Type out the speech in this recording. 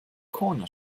corner